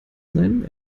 seinen